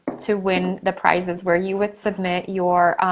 to win the prizes where you would submit your